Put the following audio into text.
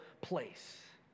place